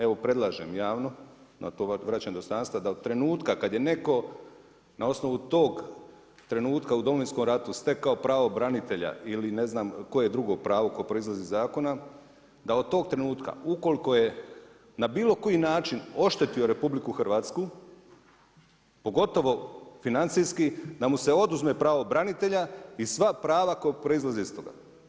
Evo predlažem javno, … vraćanje dostojanstva da od trenutka kada je neko na osnovu tog trenutka u Domovinskom ratu stekao pravo branitelja ili ne zna koje drugo pravo koje proizlazi iz zakona, da od tog trenutka ukoliko je na bilo koji način oštetio RH pogotovo financijski da mu se oduzme pravo branitelja i sva prava koja proizlaze iz toga.